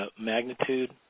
magnitude